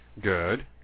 Good